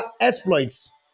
exploits